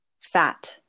fat